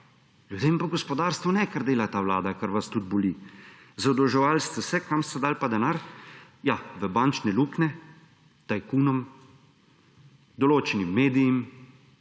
Ljudem pa gospodarstvu ne, kar dela ta vlada, kar vas tudi boli. Zadolževali ste se, kam ste dali pa denar? V bančne luknje, tajkunom, določenim medijem,